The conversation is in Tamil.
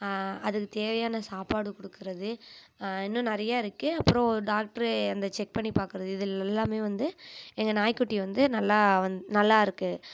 அதுக்குத் தேவையான சாப்பாடு கொடுக்குறது இன்னும் நிறைய இருக்கு அப்புறம் டாக்ட்ரு அந்த செக் பண்ணி பார்க்குறது இதில் எல்லாமே வந்து எங்கள் நாய்க்குட்டியை வந்து நல்லா வந் நல்லாருக்கு